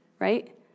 right